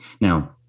Now